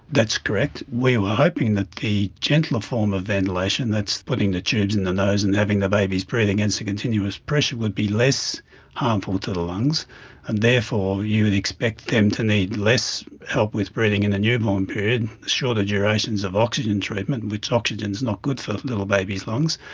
that's correct. we were hoping that the gentler form of ventilation, that's putting the tubes in the nose and having the babies breathing against the continuous pressure would be less harmful to the lungs and therefore you would expect them to need less help with breathing in the newborn period, shorter durations of oxygen treatment, oxygen is not good for little baby's lungs,